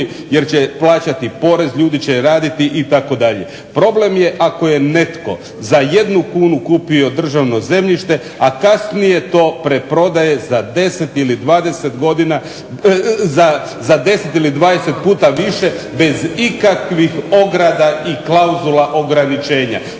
jer će plaćati porez, ljudi će raditi itd. Problem je ako je netko za 1 kunu kupio državno zemljište, a kasnije to preprodaje za 10 ili 20 puta više bez ikakvih ograda i klauzula ograničenja.